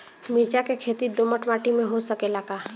मिर्चा के खेती दोमट माटी में हो सकेला का?